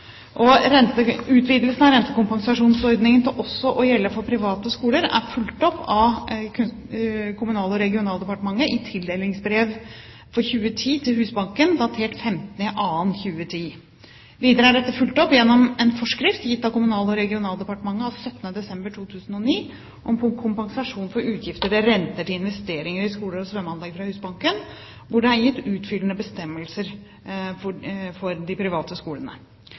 Utvidelsen av rentekompensasjonsordningen til også å gjelde for private skoler er fulgt opp av Kommunal- og regionaldepartementet i tildelingsbrev for 2010 til Husbanken datert 15. februar 2010. Videre er dette fulgt opp gjennom en forskrift gitt av Kommunal- og regionaldepartementet av 17. desember 2009 om kompensasjon for utgifter til renter til investeringer i skole- og svømmeanlegg fra Husbanken, hvor det er gitt utfyllende bestemmelser for de private skolene.